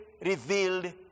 revealed